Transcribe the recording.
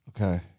Okay